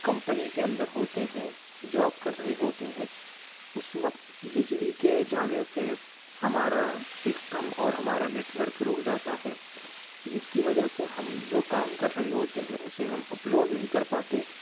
company کے اندر ہوتے ہیں جاب کر رہے ہوتے ہے اس وقت بجلی کے جانے سے ہمارا سسٹم اور ہمارا نیٹ ورک رک جاتا ہے جس کی وجہ سے ہم جو کام کر رہے ہوتے ہیں اسے ہم اپ لوڈ نہیں کر پاتے